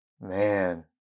Man